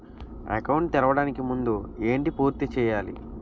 Account తెరవడానికి ముందు ఏంటి పూర్తి చేయాలి?